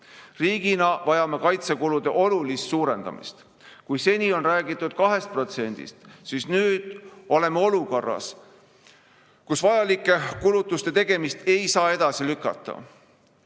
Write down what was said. jalgu. Riigina vajame kaitsekulude olulist suurendamist. Seni on räägitud 2%‑st, aga nüüd oleme olukorras, kus vajalike kulutuste tegemist ei saa enam edasi lükata.